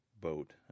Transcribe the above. boat